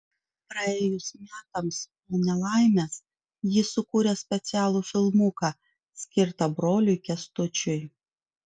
praėjus metams po nelaimės ji sukūrė specialų filmuką skirtą broliui kęstučiui